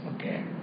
Okay